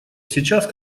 сейчас